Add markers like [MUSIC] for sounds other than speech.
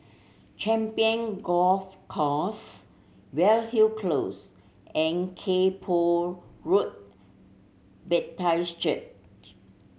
Champion Golf Course Weyhill Close and Kay Poh Road [UNINTELLIGIBLE] Church